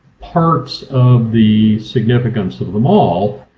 parts of the significance of the mall,